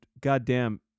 goddamn